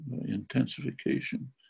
intensification